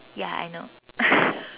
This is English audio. ya I know